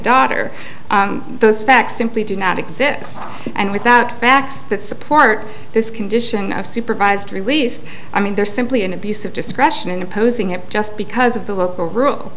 daughter those facts simply do not exist and without facts that support this condition of supervised release i mean there is simply an abuse of discretion in opposing it just because of the local rule